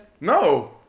No